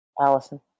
allison